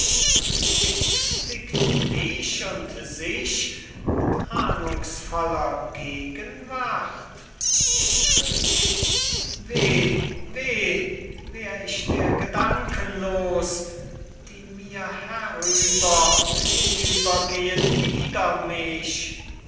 und ängstet dich und sich mit ahndungsvoller gegenwart gretchen weh weh wär ich der gedanken los die mir herüber und hinüber gehen wider mich